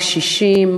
קשישים,